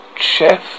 chef